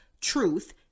truth